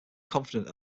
confident